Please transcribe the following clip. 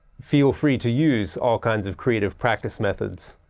feel free to use all kinds of creative practice methods